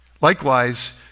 Likewise